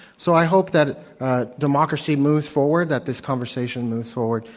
so, i hope that democracy moves forward, that this conversation moves forward.